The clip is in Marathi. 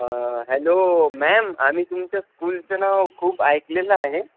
हॅलो मॅम आम्ही तुमच्या स्कूलचं नाव खूप ऐकलेलं आहे